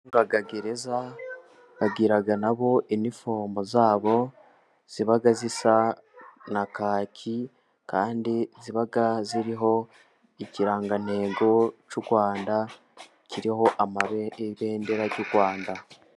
Abacungagereza bagira nabo iniforume zabo, ziba zisa na kaki, kandi ziba ziriho ikirangantego cy'u Rwanda, kiriho ibendera ry'u Rwanda.